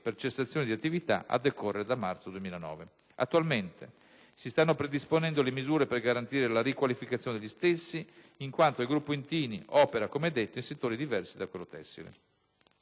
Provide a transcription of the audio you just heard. per cessazione di attività, a decorrere da marzo 2009. Attualmente, si stanno predisponendo le misure per garantire la riqualificazione degli stessi, in quanto il gruppo Intini opera, come detto, in settori diversi da quello tessile.